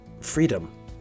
freedom